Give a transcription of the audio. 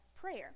prayer